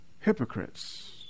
hypocrites